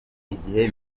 igihe